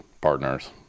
partners